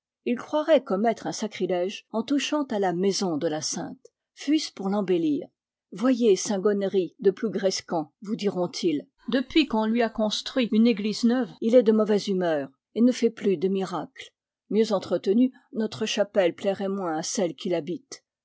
ils croiraient commettre un sacrilège en touchant à la maison de la sainte fût-ce pour l'embellir voyez saint gonéry de plougrescant vous diront-ils depuis qu'on lui a construit une église neuve il est de mauvaise humeur et ne fait plus de miracles mieux entretenue notre chapelle plairait moins à celle qui l'habite